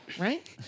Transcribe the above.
right